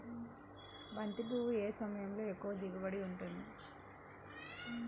బంతి పువ్వు ఏ సమయంలో ఎక్కువ దిగుబడి ఉంటుంది?